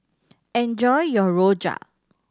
enjoy your rojak